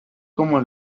como